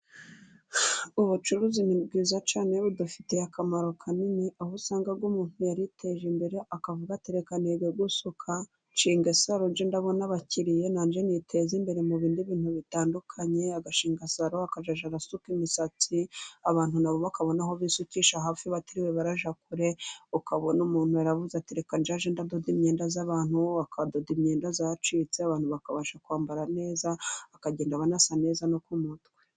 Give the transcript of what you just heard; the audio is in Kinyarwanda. Ubucuruzi ni bwiza cyane budufitiye akamaro kanini, aho usanga umuntu yariteje imbere akavuga ati reka niga gusuka nshinge saro njye ndabona abakiriye najye niteza imbere mu bindi bintu bitandukanye, agashingasaro akazajya arasuka imisatsi abantu nabo bakabona aho bisukisha hafi batiriwe barajya kure, ukabona umuntu yaravuze ati reka nzajye ndadoda imyenda y'abantu, akadoda imyenda yacitse abantu bakabasha kwambara neza, bakagenda banasa neza no ku mutwe.